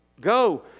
Go